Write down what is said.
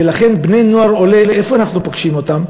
ולכן בני-נוער עולה, איפה אנחנו פוגשים אותם?